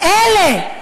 אלה.